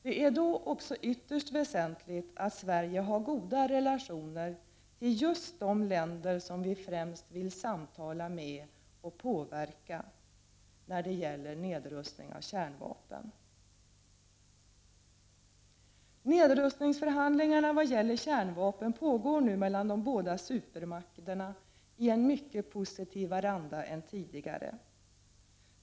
Det är då också ytterst väsentligt att Sverige har goda relationer till just de länder som vi främst vill samtala med och påverka när det gäller nedrustning av kärnvapen. Nedrustningsförhandlingarna vad gäller kärnvapen pågår nu mellan de båda supermakterna i en mycket positivare anda än tidigare.